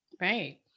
Right